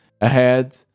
ahead